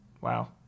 Wow